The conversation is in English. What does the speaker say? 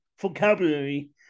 vocabulary